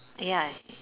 ya